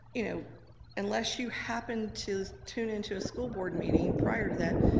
you know unless you happened to tune into a school board meeting prior to that,